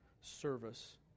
service